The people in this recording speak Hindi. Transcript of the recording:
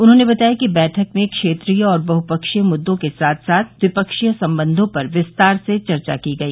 उन्होंने बताया कि बैठक में क्षेत्रीय और बहुपक्षीय मुद्दों के साथ साथ द्विपक्षीय संबंधों पर विस्तार से चर्चा की गई